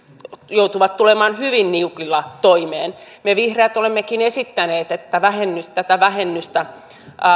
joutuvat tulemaan hyvin niukilla toimeen me vihreät olemmekin esittäneet että tätä vähennystä